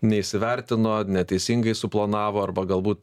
neįsivertino neteisingai suplanavo arba galbūt